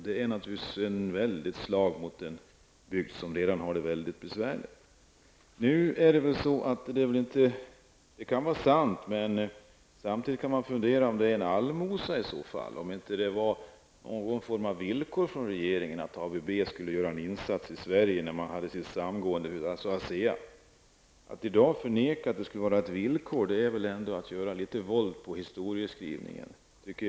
Det är naturligtvis ett hårt slag mot en bygd som redan har det besvärligt. Man kan fundera över om det här varit fråga om en allmosa, om det inte fanns någon form av villkor från regeringen att Asea skulle göra en insats i Sverige efter samgåendet med Brown Boveri. Att i dag förneka att det skulle ha funnits ett sådant villkor är väl ändå att göra våld på historieskrivningen.